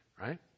right